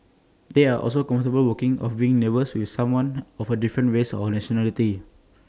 they are also comfortable working or being neighbours with someone of A different race or nationality